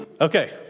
Okay